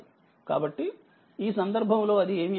కాబట్టిఈ సందర్భంలో అది ఏమిఅవుతుంది